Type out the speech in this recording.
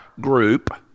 Group